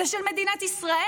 ואין דיין עכשיו.